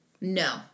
No